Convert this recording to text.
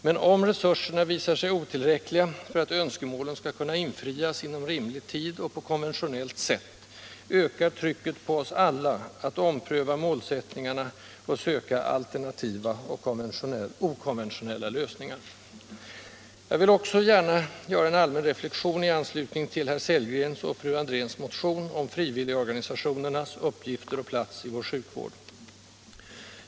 Men om resurserna visar sig otillräckliga för att önskemålen skall kunna infrias inom rimlig tid och på konventionellt sätt, ökar trycket på oss alla att ompröva målsättningarna och söka alternativa och okonventionella lösningar. Jag vill också göra en allmän reflexion i anslutning till herr Sellgrens och fru Andréns motion om frivilligorganisationernas uppgifter och plats i vår sjukvård.